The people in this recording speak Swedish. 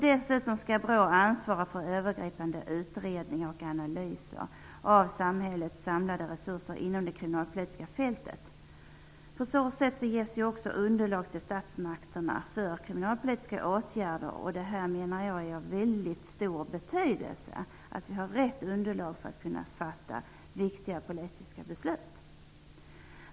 Dessutom skall BRÅ ansvara för övergripande utredningar och analyser av samhällets samlade resurser inom det kriminalpolitiska fältet. På så sätt ges också underlag till statsmakterna för kriminalpolitiska åtgärder. Jag menar att det är av mycket stor betydelse att vi har rätt underlag för att kunna fatta riktiga politiska beslut.